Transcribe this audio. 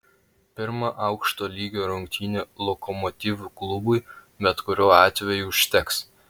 pirma aukšto lygio rungtynių lokomotiv klubui bet kuriuo atveju užteks